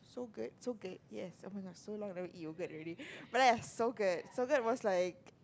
Sogurt Sogurt yes oh-my-god so long never eat yoghurt already but yes Sogurt Sogurt was like